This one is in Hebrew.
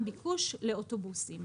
ביקוש לאוטובוסים.